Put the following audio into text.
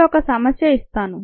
ఇప్పుడు ఒక సమస్య ఇస్తాను